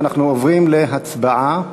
אנחנו עוברים להצבעה.